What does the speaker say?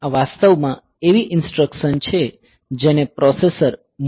આ વાસ્તવ માં એવી ઇન્સટ્રકસન્સ છે જેને processor MOV ADD SUB JUMP જેમ સપોર્ટ કરે છે